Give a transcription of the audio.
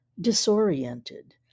disoriented